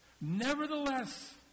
Nevertheless